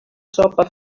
sopa